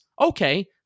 okay